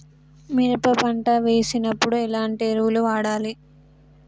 మినప పంట వేసినప్పుడు ఎలాంటి ఎరువులు వాడాలి?